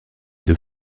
deux